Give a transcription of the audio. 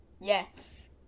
Yes